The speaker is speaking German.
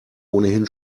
ohnehin